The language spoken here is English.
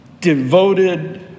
devoted